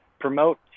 promote